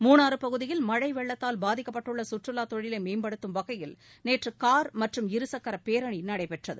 மூணாறு பகுதியில் மழை வெள்ளத்தால் பாதிக்கப்பட்டுள்ள சுற்றுவா தொழிலை மேம்படுத்தும் வகையில் நேற்று கார் மற்றும் இரு சக்கர பேரணி நடைபெற்றது